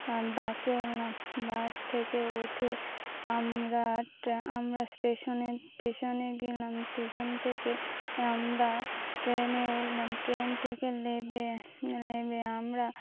বাসে উঠলাম বাস থেকে ওঠে আমরা আমরা স্টেশনে স্টেশনে গেলাম স্টেশন থেকে আমরা ট্রেনে উঠলাম ট্রেন থেকে নেবে নেবে আমরা